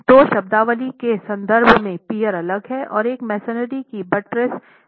तो शब्दावली के संदर्भ में पियर अलग है और एक मेसनरी की बट्रेस मेसनरी पियर से अलग है